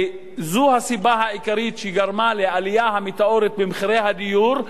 וזו הסיבה העיקרית לעלייה המטאורית במחירי הדיור,